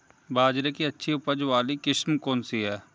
बाजरे की अच्छी उपज वाली किस्म कौनसी है?